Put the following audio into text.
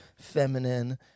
feminine